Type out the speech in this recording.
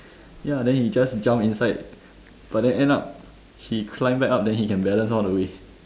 ya then he just jump inside but then end up he climb back up then he can balance all the way